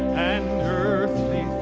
and earthly